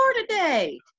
today